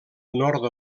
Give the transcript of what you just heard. nord